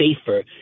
safer